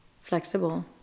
flexible